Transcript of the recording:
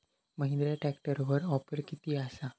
महिंद्रा ट्रॅकटरवर ऑफर किती आसा?